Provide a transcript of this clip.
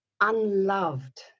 unloved